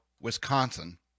Wisconsin